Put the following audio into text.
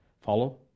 follow